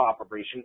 operation